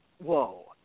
Whoa